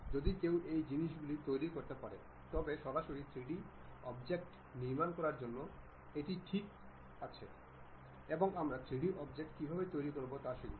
যদি কেউ এই জিনিসগুলি তৈরি করতে পারে তবে সরাসরি 3D অবজেক্ট নির্মাণ করার জন্য এটি ঠিক আছে এবং আমরা 3D অবজেক্ট কীভাবে তৈরি করব তা শিখব